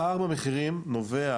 הפער במחירים נובע